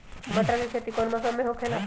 मटर के खेती कौन मौसम में होखेला?